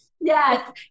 yes